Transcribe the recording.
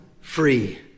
free